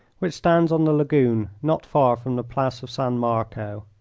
which stands on the lagoon not far from the place of san marco.